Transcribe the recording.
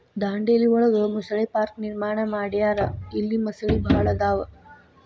ದಾಂಡೇಲಿ ಒಳಗ ಮೊಸಳೆ ಪಾರ್ಕ ನಿರ್ಮಾಣ ಮಾಡ್ಯಾರ ಇಲ್ಲಿ ಮೊಸಳಿ ಭಾಳ ಅದಾವ